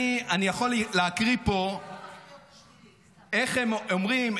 אני יכול להקריא פה איך הם אומרים,